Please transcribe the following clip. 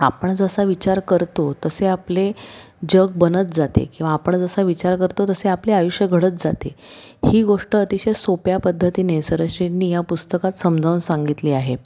आपण जसा विचार करतो तसे आपले जग बनत जाते किंवा आपण जसा विचार करतो तसे आपले आयुष्य घडत जाते ही गोष्ट अतिशय सोप्या पद्धतीने सरश्रिंनी ह्या पुस्तकात समजावून सांगितली आहे